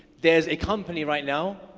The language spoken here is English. there's a company right now,